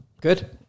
Good